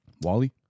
Wally